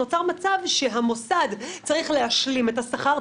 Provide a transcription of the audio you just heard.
שנוצר מצב שהמוסד צריך להשלים את השכר,